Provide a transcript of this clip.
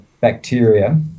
bacteria